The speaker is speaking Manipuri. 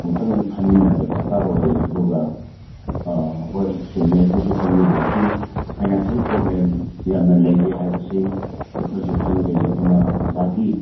ꯑꯃꯨꯛꯇꯪ ꯐꯝꯃꯤꯟꯅꯕ ꯗꯔꯀꯥꯔ ꯑꯣꯏ ꯑꯗꯨꯒ ꯋꯥꯔꯤꯁꯤ ꯆꯨꯝꯃꯤ ꯑꯩꯈꯣꯏꯁꯨ ꯈꯪꯏ ꯍꯧꯖꯤꯛꯀꯤ ꯐꯥꯏꯅꯥꯟꯁꯤꯌꯦꯜ ꯄ꯭ꯔꯣꯕ꯭ꯂꯦꯝ ꯌꯥꯝꯅ ꯂꯩꯔꯦ ꯍꯥꯏꯕꯁꯤ ꯑꯩꯈꯣꯏꯁꯨ ꯈꯪꯖꯩ ꯑꯗꯨꯅ ꯑꯣꯖꯥꯒꯤ